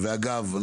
אגב,